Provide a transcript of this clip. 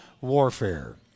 warfare